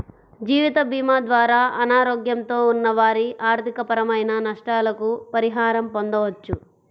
జీవితభీమా ద్వారా అనారోగ్యంతో ఉన్న వారి ఆర్థికపరమైన నష్టాలకు పరిహారం పొందవచ్చు